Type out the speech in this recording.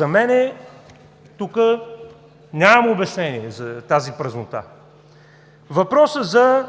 начин. Тук нямам обяснение за тази празнота. Въпросът: за